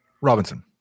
Robinson